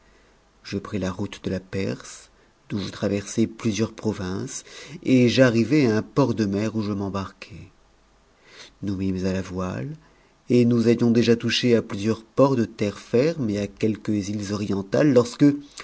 je pris la route de la perse dont j traversai plusieurs provinces et j'arrivai à un port de mer où je m'emnous mimes à la voile et nous avions déjà touché à plusieurs norts de terre ferme et à quelques mes orientales lorsque